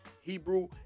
Hebrew